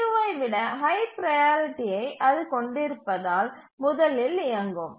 T2 ஐ விட high ப்ரையாரிட்டியை அது கொண்டிருப்பதால் முதலில் இயங்கும்